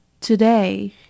Today